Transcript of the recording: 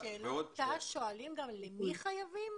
בשאלון תנאי שירות שואלים גם למי חייבים?